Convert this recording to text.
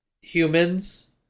humans